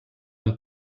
amb